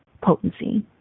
potency